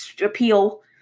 appeal